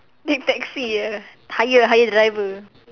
take taxi ah hire hire driver